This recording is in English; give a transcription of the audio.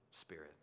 Spirit